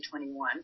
2021